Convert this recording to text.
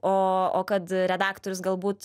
o o kad redaktorius galbūt